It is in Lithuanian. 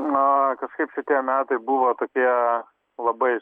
na kažkaip šitie metai buvo tokie labai